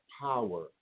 power